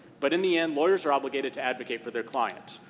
but, in the end, lawyers are obligated to advocate for their clients.